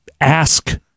ask